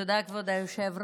תודה, כבוד היושב-ראש.